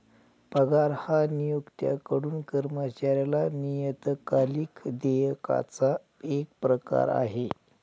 पगार हा नियोक्त्याकडून कर्मचाऱ्याला नियतकालिक देयकाचा एक प्रकार आहे